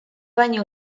baino